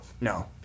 No